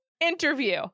interview